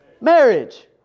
marriage